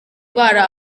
ndwara